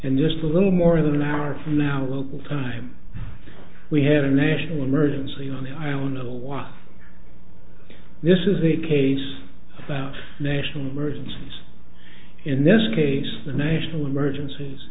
and just a little more than an hour from now local time we had a national emergency on the island a lot this is a case about national emergencies in this case the national emergencies